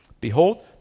Behold